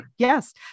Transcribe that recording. Yes